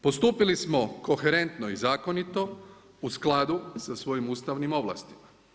Postupili smo koherentno i zakonito, u skladu sa svojim ustavnim ovlastima.